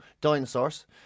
dinosaurs